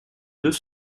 deux